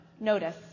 notice